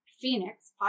Phoenix